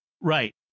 Right